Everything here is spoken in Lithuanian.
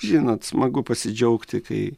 žinot smagu pasidžiaugti kai